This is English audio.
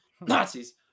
Nazis